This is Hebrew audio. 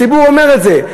הציבור אומר את זה.